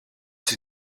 sie